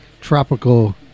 tropical